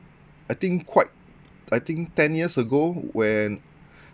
I think quite I think ten years ago when